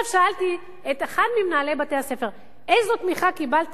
שאלתי את אחד ממנהלי בתי-הספר: איזו תמיכה קיבלת